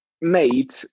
made